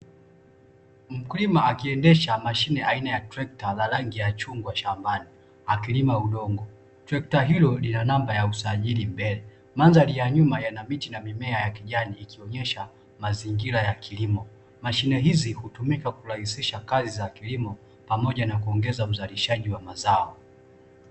Mkulima akiendesha mashine aina ya trekta ya rangi ya chungwa shambani akilima udongo, trekta hilo lina namba ya usajili mbele, mandari ya nyuma yana miti na mimea ya kijani ikionyesha mazingira ya kilimo, mashine hizi hutumika kurahisisha kazi za kilimo na kuongeza uzalishaji wa mazao.